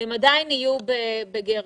הם עדיין יהיו בגירעון.